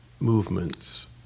movements